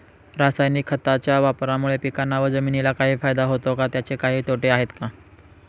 रासायनिक खताच्या वापरामुळे पिकांना व जमिनीला काही फायदा होतो का? त्याचे काही तोटे आहेत का?